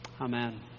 Amen